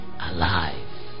alive